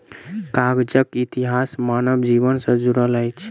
कागजक इतिहास मानव जीवन सॅ जुड़ल अछि